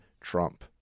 Trump